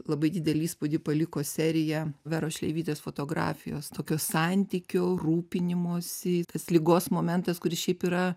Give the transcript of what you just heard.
labai didelį įspūdį paliko serija veros šleivytės fotografijos tokio santykio rūpinimosi tas ligos momentas kuris šiaip yra